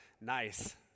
Nice